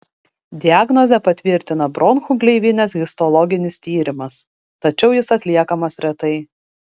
diagnozę patvirtina bronchų gleivinės histologinis tyrimas tačiau jis atliekamas retai